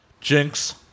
Jinx